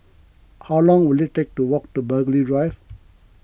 how long will it take to walk to Burghley Drive